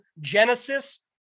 Genesis